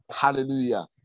Hallelujah